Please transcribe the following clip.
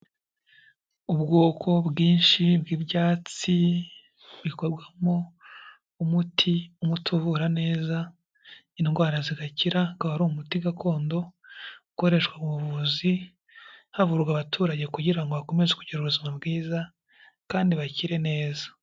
Ubwoko bwinshi bw'ibyatsi bikorwamo umuti umuti uvura neza indwara zigakira, akaba ari umuti gakondo ukoreshwa mu buvuzi havurwa abaturage kugira ngo bakomeze kugira ubuzima bwiza, kandi bakire neza.